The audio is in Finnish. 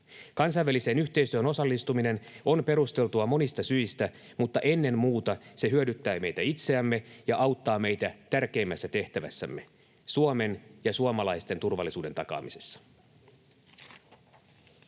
Kansainväliseen yhteistyöhön osallistuminen on perusteltua monista syistä, mutta ennen muuta se hyödyttää meitä itseämme ja auttaa meitä tärkeimmässä tehtävässämme: Suomen ja suomalaisten turvallisuuden takaamisessa.